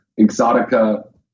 Exotica